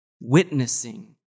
Witnessing